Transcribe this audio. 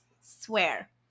Swear